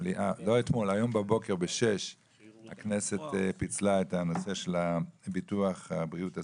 היום ב-06:00 הכנסת פיצלה את נושא ביטוח הבריאות הסיעודי,